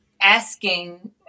asking